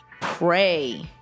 pray